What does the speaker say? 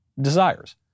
desires